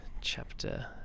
chapter